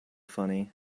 funny